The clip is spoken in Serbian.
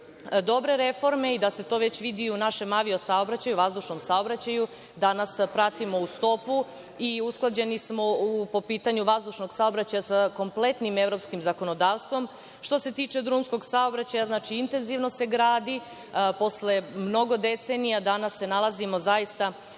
dobre reforme i da se to već vidi u našem avio saobraćaju, vazdušnom saobraćaju, danas pratimo u stopu i usklađeni smo po pitanju vazdušnog saobraćaja sa kompletnim evropskim zakonodavstvom. Što se tiče drumskog saobraćaja intenzivno se gradi. Posle mnogo decenija danas se nalazimo zaista